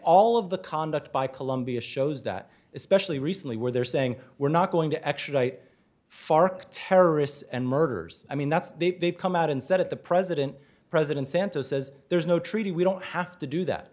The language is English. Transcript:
all of the conduct by colombia shows that especially recently where they're saying we're not going to extradite fark terrorists and murderers i mean that's they've come out and said it the president president santos says there's no treaty we don't have to do that